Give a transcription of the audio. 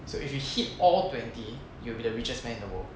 so if you hit all twenty you'll be the richest man in the world